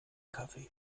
kaffee